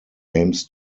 aims